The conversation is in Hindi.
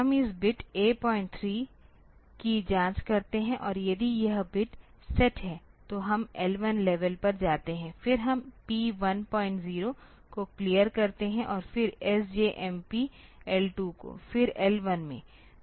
हम इस बिट A3 की जांच करते हैं और यदि यह बिट सेट है तो हम L1 लेवल पर जाते हैं फिर हम P10 को क्लियर करते हैं और फिर SJMP L2 को फिर L1 में